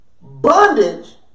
Bondage